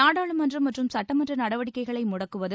நாடாளுமன்றம் மற்றும் சுட்டமன்ற நடவடிக்கைகளை முடக்குவது